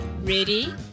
Ready